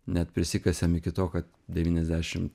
net prisikasėm iki to kad devyniasdešim